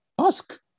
Ask